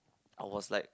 I was like